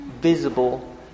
visible